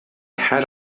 had